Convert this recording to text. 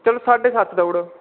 चलो साड्डे सत्त दऊ ओड़ेओ